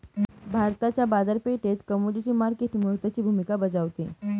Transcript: भारताच्या बाजारपेठेत commodity market महत्त्वाची भूमिका बजावते